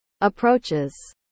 approaches